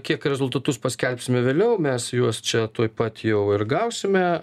kiek rezultatus paskelbsime vėliau mes juos čia tuoj pat jau ir gausime